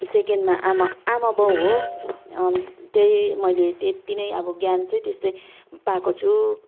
सेकेन्डमा आमा आमाबाउ हो त्यही मैले त्यतिनै अब ज्ञान चाहिँ त्यस्तै पाएको छु